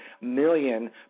million